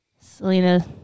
Selena